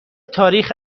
تاریخ